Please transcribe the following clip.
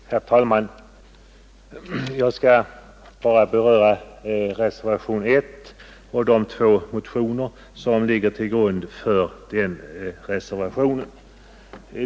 Herr talman! Jag skall endast beröra reservationen 1 och de två motioner som ligger till grund för den.